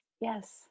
yes